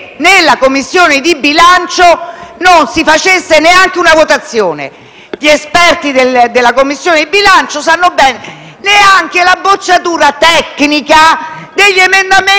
che in Commissione bilancio non si tenesse neanche una votazione; gli esperti della Commissione bilancio lo sanno bene: neanche una bocciatura tecnica degli emendamenti